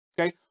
okay